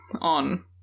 on